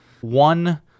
one